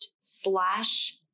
slash